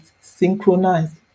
synchronized